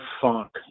funk